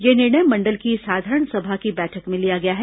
यह निर्णय मंडल की साधारण सभा की बैठक में लिया गया है